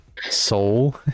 Soul